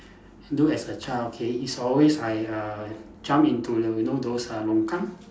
do as a child okay it's always I uh jump into you know those uh longkang